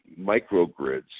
microgrids